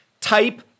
type